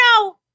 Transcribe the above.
no